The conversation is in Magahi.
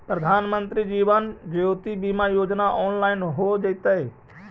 प्रधानमंत्री जीवन ज्योति बीमा योजना ऑनलाइन हो जइतइ